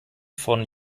von